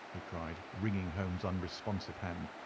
he cried, wringing holmes' unresponsive hand,